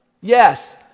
Yes